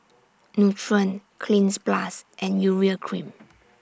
Nutren Cleanz Plus and Urea Cream